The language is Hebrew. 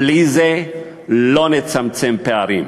בלי זה לא נצמצם פערים.